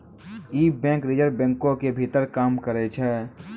इ bank reserve बैंको के भीतर काम करै छै